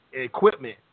equipment